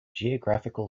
geographical